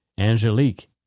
Angelique